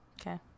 Okay